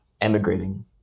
emigrating